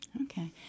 Okay